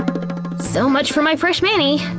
so much for my fresh mani.